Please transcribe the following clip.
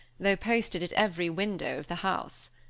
though posted at every window of the house.